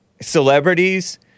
celebrities